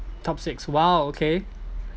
top six !wow! okay